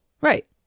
Right